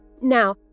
Now